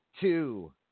two